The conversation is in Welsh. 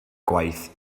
gwaith